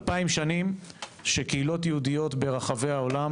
אלפיים שנים שקהילות יהודיות ברחבי העולם